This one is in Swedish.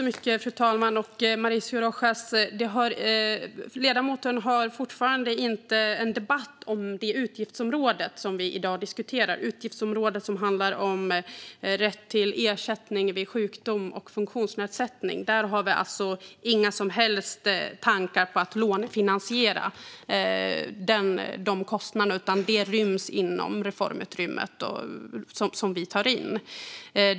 Fru talman! Ledamoten debatterar fortfarande inte det utgiftsområde vi nu diskuterar, nämligen det som omfattar rätt till ersättning vid sjukdom och funktionsnedsättning. På det området har vi inga som helst tankar på att lånefinansiera kostnaderna, utan de ryms inom det reformutrymme vi tar in.